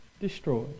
destroyed